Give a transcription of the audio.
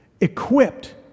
equipped